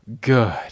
good